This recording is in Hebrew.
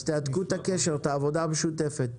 אז תהדקו את הקשר, את העבודה המשותפת.